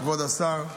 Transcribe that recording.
כבוד השר,